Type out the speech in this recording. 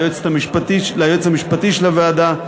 ליועץ המשפטי של הוועדה.